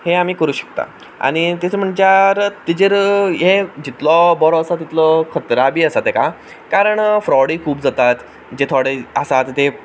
हें आमी करूं शकता आनी तेचेर हें जितलो बरो आसता तितलो खत्रा बी आसा तेका कारण फ्रॉडूय खूब जातात जे थोडे आसात ते